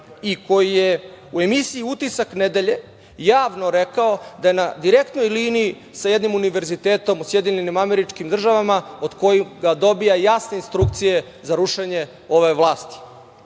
i koji je u emisiji „Utisak nedelje“ javno rekao da je na direktnoj liniji sa jednim univerzitetom u SAD, od kojih dobija jasne instrukcije za rušenje ove vlasti. Da